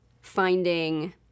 finding